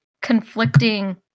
conflicting